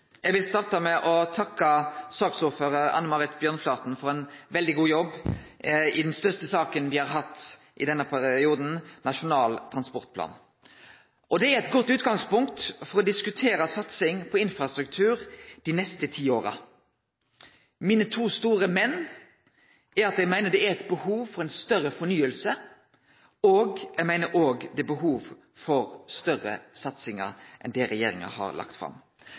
Eg vil starte med å takke saksordføraren, Anne Marit Bjørnflaten, for ein veldig god jobb i den største saka me har hatt i denne perioden, Nasjonal transportplan. Det er eit godt utgangspunkt for å diskutere satsing på infrastruktur dei neste ti åra. Mine to store men er at eg meiner det er eit behov for ei større fornying, og eg meiner òg det er behov for større satsingar enn det regjeringa har lagt fram.